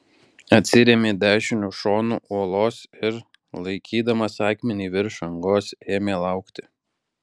atsirėmė dešiniu šonu uolos ir laikydamas akmenį virš angos ėmė laukti